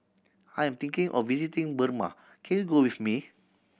I'm thinking of visiting Burma can you go with me